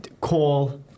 call